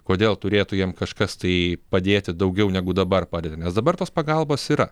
kodėl turėtų jiem kažkas tai padėti daugiau negu dabar padeda nes dabar tos pagalbos yra